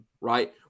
right